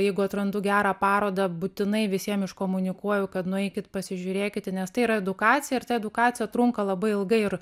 jeigu atrandu gerą parodą būtinai visiem iškomunikuoju kad nueikit pasižiūrėkite nes tai yra edukacija ir ta edukacija trunka labai ilgai ir